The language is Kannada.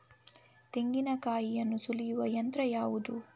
ತೆಂಗಿನಕಾಯಿಯನ್ನು ಸುಲಿಯುವ ಯಂತ್ರ ಯಾವುದು?